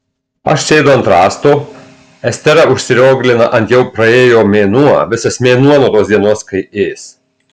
aš sėdu ant rąsto estera užsirioglina ant jau praėjo mėnuo visas mėnuo nuo tos dienos kai ės